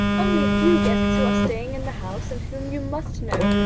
only a few guests who are staying in the house, and whom you must know.